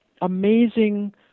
amazing